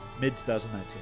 mid-2019